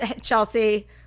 Chelsea